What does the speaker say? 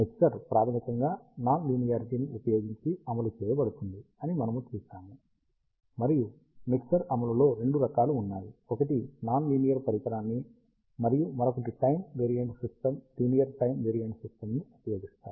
mixer ప్రాథమికంగా non లీనియారిటీని ఉపయోగించి అమలు చేయబడుతుంది అని మనము చూశాము మరియు మిక్సర్ అమలులో రెండు రకాలు ఉన్నాయి ఒకటి నాన్ లీనియర్ పరికరాన్ని మరియు మరొకటి time variant system linear time variant సిస్టమ్ను ఉపయోగిస్తాయి